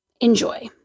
Enjoy